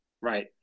Right